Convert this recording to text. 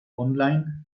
online